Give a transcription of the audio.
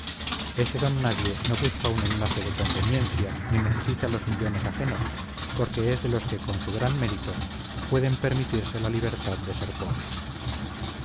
ese don nadie no busca un enlace de conveniencia ni necesita los millones ajenos porque es de los que por su gran mérito pueden permitirse la libertad de ser pobres